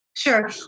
Sure